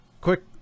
quick